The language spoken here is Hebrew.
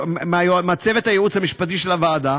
מצוות הייעוץ המשפטי של הוועדה,